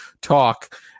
talk